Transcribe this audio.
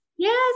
Yes